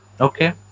Okay